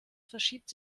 verschiebt